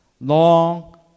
long